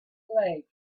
leg